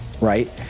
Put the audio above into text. right